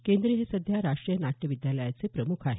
केंद्रे हे सध्या राष्ट्रीय नाट्य विद्यालयाचे प्रमुख आहेत